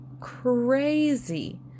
crazy